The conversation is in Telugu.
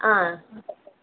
ఆ